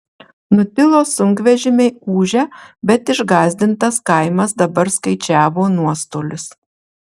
nutilo sunkvežimiai ūžę bet išgąsdintas kaimas dabar skaičiavo nuostolius